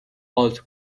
also